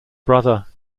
brother